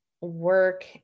work